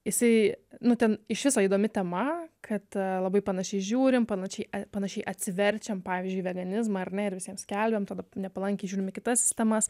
jisai nu ten iš viso įdomi tema kad labai panašiai žiūrim panašiai panašiai atsiverčiam pavyzdžiui į veganizmą ar ne ir visiems skelbiam tada nepalankiai žiūrim į kitas sistemas